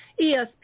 ESP